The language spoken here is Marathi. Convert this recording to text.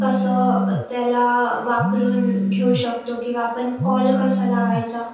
कसं त्याला वापरून घेऊ शकतो किंवा आपण कॉल कसा लावायचा